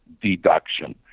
deduction